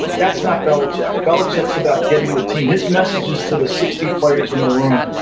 that's no belichick. belichick is about getting the team. his message is to the sixty players in the room,